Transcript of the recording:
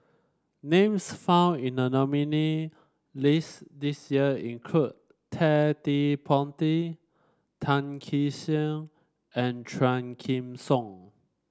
names found in the nominee list this year include Ted De Ponti Tan Kee Sek and Quah Kim Song